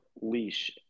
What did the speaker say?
leash